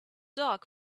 dog